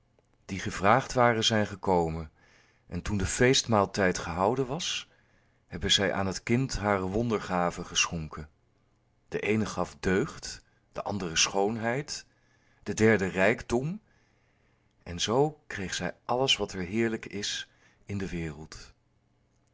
die gevraagd waren zijn gekomen en toen de feestmaaltijd gehouden was hebben zij aan het kind hare wondergaven geschonken de eene gaf deugd de andere schoonheid de derde rijkdom en zoo kreeg zij alles wat er heerlijks is in de wereld